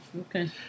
Okay